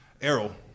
Errol